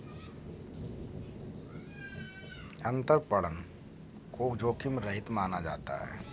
अंतरपणन को जोखिम रहित माना जाता है